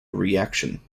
reaction